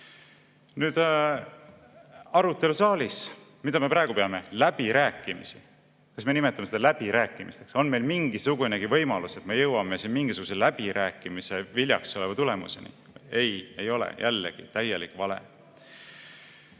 Nüüd, arutelu saalis. Mida me praegu peame? Läbirääkimisi! Kas me nimetame seda läbirääkimisteks? On meil mingisugunegi võimalus, et me jõuame siin mingisuguse läbirääkimise viljaks oleva tulemuseni? Ei, ei ole. Jällegi täielik vale.